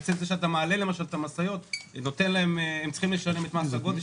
האם עצם זה שמשאיות צריכות לשלם את המחיר